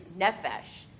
nefesh